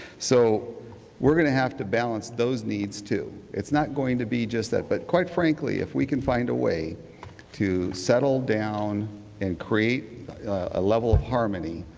so we're going to have to balance those needs too. it's not going to be just that. but quite frankly if we can find a way to settle down and create a level of harmony,